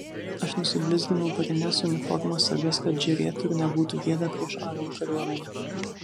aš nusiblizginau varines uniformos sagas kad žėrėtų ir nebūtų gėda prieš anglų kariuomenę